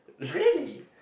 really